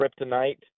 kryptonite